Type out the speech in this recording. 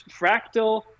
fractal